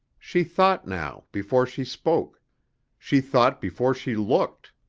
she thought now before she spoke she thought before she looked.